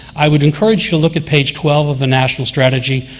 i would encourage you to look at page twelve of the national strategy,